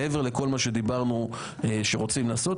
מעבר לכל מה שדיברנו שרוצים לעשות,